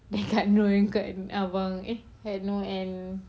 dekat nur and eh ah nur and